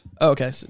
Okay